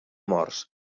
morts